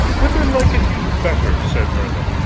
whether liketh you better, said merlin,